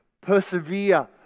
Persevere